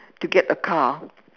to get a car